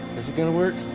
is it gonna work?